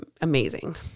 amazing